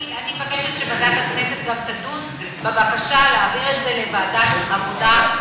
אני מבקשת שוועדת הכנסת גם תדון בבקשה להעביר את זה לוועדת העבודה,